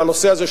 לנושא הזה,